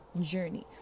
journey